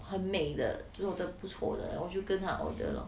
很美的做得不错的我就跟她 order lor